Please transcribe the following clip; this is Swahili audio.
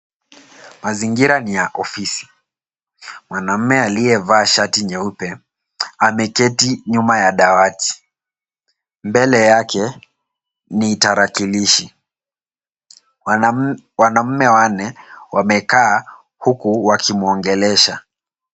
Mazingira ni ya ofisi. Mwanaume aliyevaa shati nyeupe ameketi nyuma ya dawati. Mbele yake ni tarakilishi. Wanaume wanne wamekaa huku wakimuongelesha.